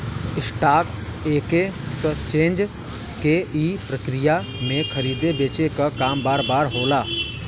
stock exchange के ई प्रक्रिया में खरीदे बेचे क काम बार बार होला